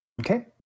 Okay